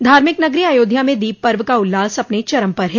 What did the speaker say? धार्मिक नगरी अयोध्या में दीप पर्व का उल्लास अपने चरम पर है